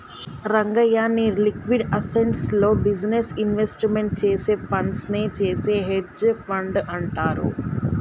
రంగయ్య, నీ liquid assets లో business investment చేసే ఫండ్స్ నే చేసే హెడ్జె ఫండ్ అంటారు